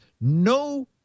no